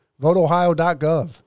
VoteOhio.gov